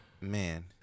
man